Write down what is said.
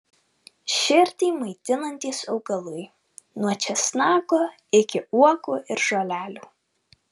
širdį maitinantys augalai nuo česnako iki uogų ir žolelių